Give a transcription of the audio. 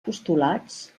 postulats